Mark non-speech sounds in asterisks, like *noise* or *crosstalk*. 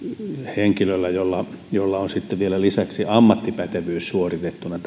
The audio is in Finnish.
henkilöllä jolla jolla on sitten lisäksi vielä ammattipätevyys suoritettuna *unintelligible*